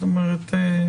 זאת אומרת,